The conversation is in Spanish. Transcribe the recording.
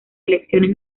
elecciones